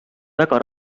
väga